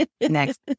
Next